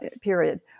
period